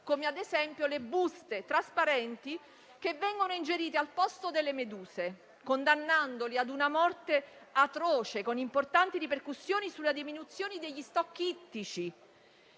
come - ad esempio - le buste trasparenti che vengono ingerite al posto delle meduse, condannandoli a una morte atroce, con importanti ripercussioni sulla diminuzione degli *stock* ittici.